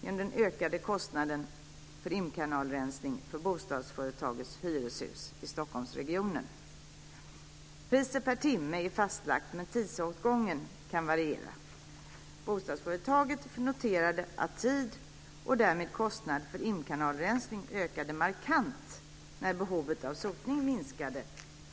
Det gäller den ökade kostnaden för imkanalrensning för bostadsföretagets hyreshus i Stockholmsregionen. Priset per timme är fastlagt, men tidsåtgången kan variera. Bostadsföretaget noterade att tid och därmed kostnad för imkanalrensning ökade markant när behovet av sotning minskade